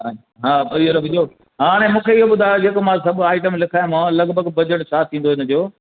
हा इहे रखिजो हाणे मूंखे इहो ॿुधायो जेको मां सभु आइटम लिखायोमांव लॻभॻि बजट छा थींदो हिनजो